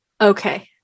Okay